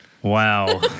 Wow